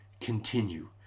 continue